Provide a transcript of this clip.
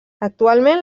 actualment